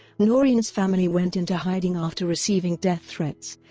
noreen's family went into hiding after receiving death threats,